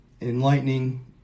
enlightening